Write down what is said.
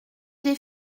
des